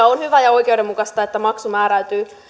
on hyvä ja oikeudenmukaista että maksu määräytyy